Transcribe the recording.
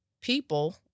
people